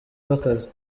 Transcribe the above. z’akazi